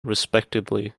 respectively